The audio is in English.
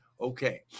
Okay